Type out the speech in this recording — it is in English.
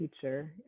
teacher